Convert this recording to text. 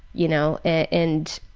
you know, and